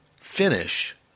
finish